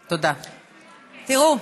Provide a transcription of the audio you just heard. תראו,